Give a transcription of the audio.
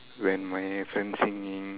when my friend singing